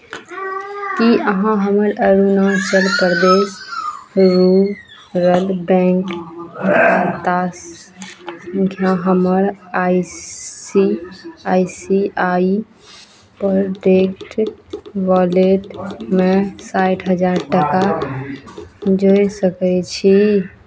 की अहाँ हमर Arunachal Pradesh rural bank खाता हमर I C I C I वॉटेट वॉलेटमे साठि हजार टाका जोड़ि सकै छी